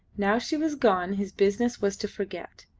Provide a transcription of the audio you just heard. now she was gone his business was to forget,